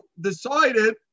decided